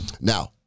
now